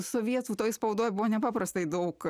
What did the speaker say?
sovietų toj spaudoj buvo nepaprastai daug